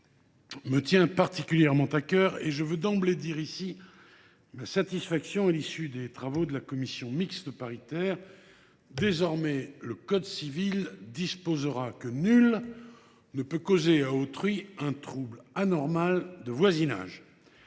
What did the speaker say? me tient particulièrement à cœur. Je veux d’emblée dire ma satisfaction quant à l’issue des travaux de la commission mixte paritaire : désormais, le code civil disposera que nul ne peut causer à autrui un trouble anormal de voisinage.